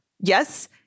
Yes